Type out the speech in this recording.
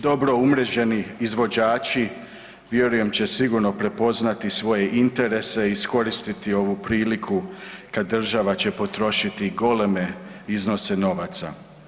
Dobro umreženi izvođači vjerujem će sigurno prepoznati svoje interese i iskoristiti ovu priliku kada država će potrošiti goleme iznose novaca.